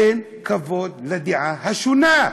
תן כבוד לדעה השונה.